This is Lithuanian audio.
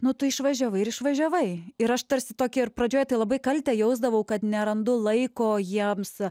nu tu išvažiavai ir išvažiavai ir aš tarsi tokią ir pradžioj tai labai kaltę jausdavau kad nerandu laiko jiems